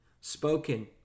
spoken